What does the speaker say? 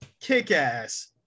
Kick-Ass